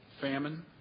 Famine